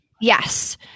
yes